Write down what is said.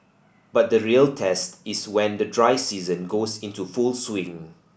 but the real test is when the dry season goes into full swing